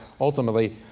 ultimately